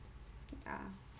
ya